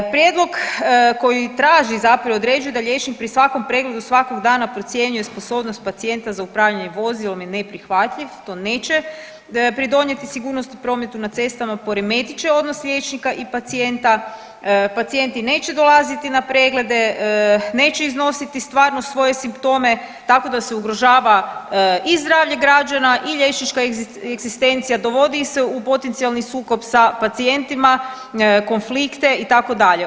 Prijedlog koji traži zapravo određuje da liječnik pri svakom pregledu svakog dana procjenjuje sposobnost pacijenta za upravljanje vozilom je neprihvatljiv, to neće pridonijeti sigurnosti prometu na cestama, poremetit će odnos liječnika i pacijenta, pacijenti neće dolaziti na preglede, neće iznositi stvarno svoje simptome tako da se ugrožava i zdravlje građana i liječnička egzistencija, dovodi ih se u potencijalni sukob sa pacijentima, konflikte itd.